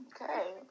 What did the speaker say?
okay